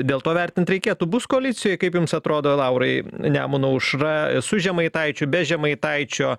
dėl to vertint reikėtų bus koalicijoj kaip jums atrodo laurai nemuno aušra su žemaitaičiu be žemaitaičio